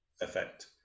effect